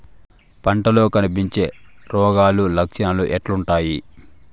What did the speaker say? పంటల్లో కనిపించే రోగాలు లక్షణాలు ఎట్లుంటాయి?